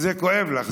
זה כואב לך.